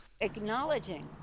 acknowledging